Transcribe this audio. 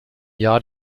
jahr